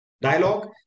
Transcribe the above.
dialogue